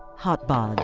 hotbod.